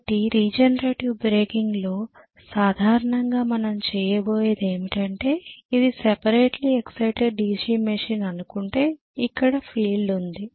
కాబట్టి regenerative braking లో సాధారణంగా మనం చేయబోయేది ఏమిటంటే ఇది సెపరేట్లీ ఎక్సైటెడ్ DC మెషిన్ అనుకుంటే ఇక్కడ ఫీల్డ్ ఉంది